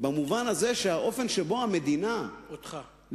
במובן הזה שהאופן שבו ממשלות המדינה לדורותיהן